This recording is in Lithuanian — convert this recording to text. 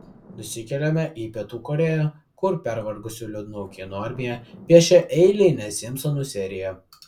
nusikeliame į pietų korėją kur pervargusių liūdnų kinų armija piešia eilinę simpsonų seriją